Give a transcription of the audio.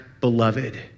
beloved